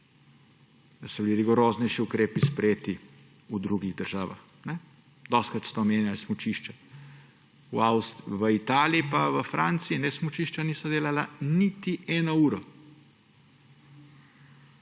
da so bili rigoroznejši ukrepi sprejeti v drugih državah. Dostikrat ste omenjali smučišča; v Italiji in v Franciji smučišča niso delala niti eno uro.